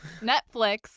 Netflix